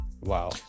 Wow